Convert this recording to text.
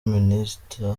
minister